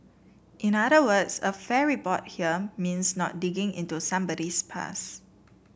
in other words a fair report here means not digging into somebody's past